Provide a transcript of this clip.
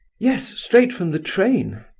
yes, straight from the train!